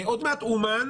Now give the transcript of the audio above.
עוד מעט אומן.